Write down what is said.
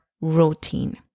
routine